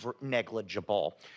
negligible